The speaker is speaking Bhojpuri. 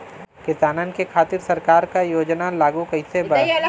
किसानन के खातिर सरकार का का योजना लागू कईले बा?